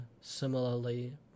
similarly